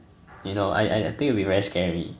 you know I I think it'll be very scary